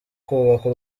kubaka